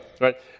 right